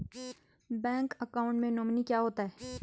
Bank account में nominee क्या होता है?